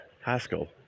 Haskell